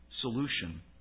solution